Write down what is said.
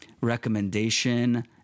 recommendation